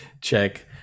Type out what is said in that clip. check